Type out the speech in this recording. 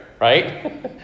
right